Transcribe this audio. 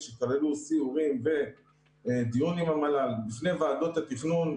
שכללו סיורים ודיון עם המל"ל בפני ועדות התכנון,